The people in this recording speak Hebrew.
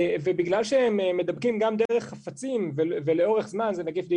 ובגלל שהם מדבקים גם דרך חפצים ולאורך זמן זה נגיף DNA,